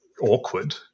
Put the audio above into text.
awkward